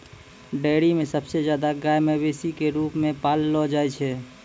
dairy म सबसे जादा गाय मवेशी क रूप म पाललो जाय छै